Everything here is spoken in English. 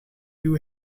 you